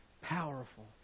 powerful